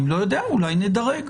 כנראה לא נראה שהוא מובל על ידי מאן דהו.